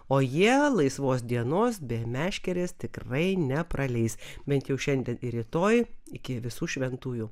o jie laisvos dienos be meškerės tikrai nepraleis bent jau šiandien ir rytoj iki visų šventųjų